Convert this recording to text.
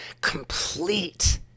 complete